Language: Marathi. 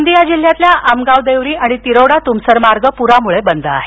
गोंदिया जिल्ह्यातील आमगाव देवरी आणि तिरोडा तुमसर मार्ग पुरामुळे बंद आहे